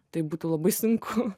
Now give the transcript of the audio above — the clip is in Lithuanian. tai būtų labai sunku